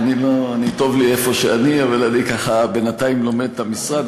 טוב לי איפה שאני, אבל אני בינתיים לומד את המשרד.